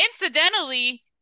incidentally